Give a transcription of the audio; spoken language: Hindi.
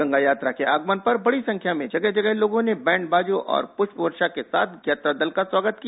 गंगा यात्रा के आगमन पर बड़ी संख्या में जगह जगह लोगो ने बैंड बाजों और पुष्प वर्षा के साथ यात्रा दल का स्वागत किया